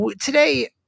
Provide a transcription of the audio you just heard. today –